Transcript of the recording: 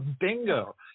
Bingo